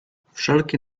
wszelkie